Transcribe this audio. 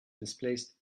misplaced